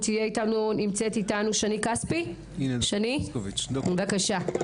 שני כספי בבקשה.